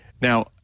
Now